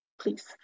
please